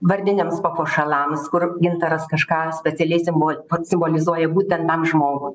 vardiniams papuošalams kur gintaras kažką specialiesiem taip pat simbolizuoja būtent tam žmogui